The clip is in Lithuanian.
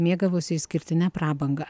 mėgavosi išskirtine prabanga